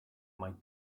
might